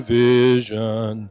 vision